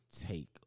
take